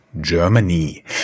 Germany